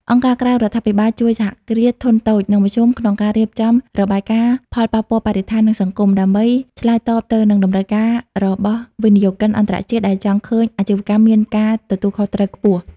អង្គការក្រៅរដ្ឋាភិបាលជួយ សហគ្រាសធុនតូច និងមធ្យម ក្នុងការរៀបចំរបាយការណ៍ផលប៉ះពាល់បរិស្ថាន និងសង្គម ដើម្បីឆ្លើយតបទៅនឹងតម្រូវការរបស់វិនិយោគិនអន្តរជាតិដែលចង់ឃើញអាជីវកម្មមានការទទួលខុសត្រូវខ្ពស់។